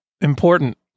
important